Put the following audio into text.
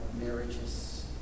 marriages